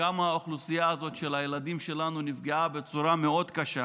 כמה האוכלוסייה הזאת של הילדים שלנו נפגעה בצורה מאוד קשה